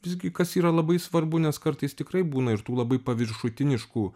visgi kas yra labai svarbu nes kartais tikrai būna ir tų labai paviršutiniškų